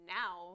now